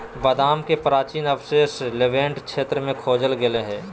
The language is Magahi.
बादाम के प्राचीन अवशेष लेवेंट क्षेत्र में खोजल गैल्के हइ